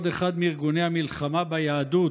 עוד אחד מארגוני המלחמה ביהדות,